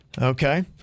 okay